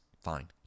Fine